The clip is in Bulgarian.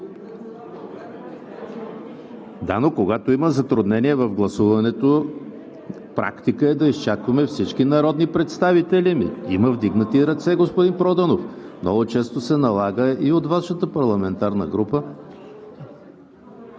Когато има затруднения в гласуването, е практика да изчакаме всички народни представители. Има вдигнати ръце, господин Проданов, много често се налага и за Вашата парламентарна група.